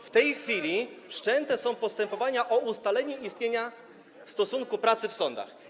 W tej chwili wszczęte są postępowania o ustalenie istnienia stosunku pracy w sądach.